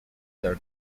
their